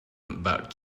about